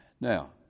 Now